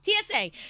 TSA